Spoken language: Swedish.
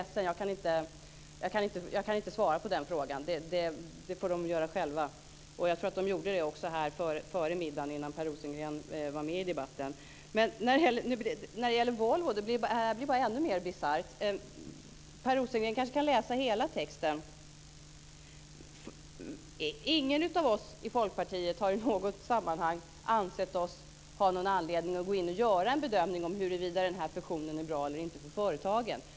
De får själva svara på den frågan, och jag tror också att de gjorde det före middagen, innan Per När det gäller Volvo blir det ännu mer bisarrt. Per Rosengren borde läsa hela texten. Ingen av oss i Folkpartiet har i något sammanhang ansett oss ha någon anledning att göra en bedömning av om den här fusionen är bra eller inte för företagen.